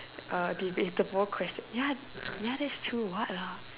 uh debatable question ya ya that's true what lah